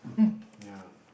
um yeah